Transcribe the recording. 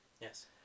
Yes